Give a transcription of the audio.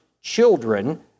children